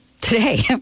today